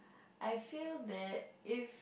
I feel that if